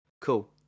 Cool